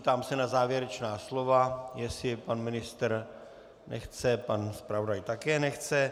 Ptám se na závěrečná slova pan ministr nechce, pan zpravodaj také nechce.